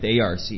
ARC